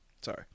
Sorry